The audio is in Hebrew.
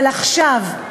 אבל עכשיו,